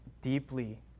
deeply